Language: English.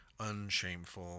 unshameful